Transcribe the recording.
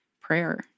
prayer